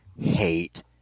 hate